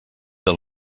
del